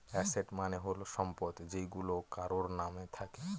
asset মানে হল সম্পদ যেইগুলা কারোর নাম থাকে